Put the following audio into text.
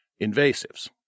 invasives